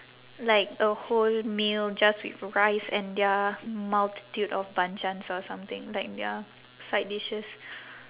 like a whole meal just with rice and their multitude of banchans or something like ya side dishes